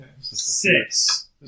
Six